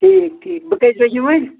ٹھیٖک ٹھیٖک بہٕ کٔژ بج یِم وَنۍ